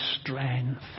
strength